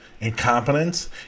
incompetence